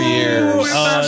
Years